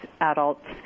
adults